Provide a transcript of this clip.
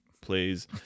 plays